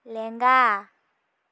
ᱞᱮᱝᱜᱟ